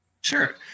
Sure